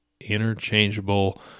Interchangeable